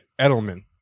Edelman